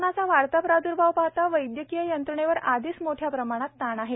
कोरोनाचा वाढता प्राद्र्भाव पाहता वैदयकीय यंत्रणेवर आधीच मोठ्या प्रमाणात ताण आहे